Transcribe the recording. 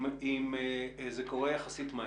אם זה קורה יחסית מהר,